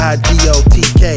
I-D-O-T-K